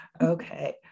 Okay